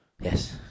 Yes